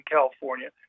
California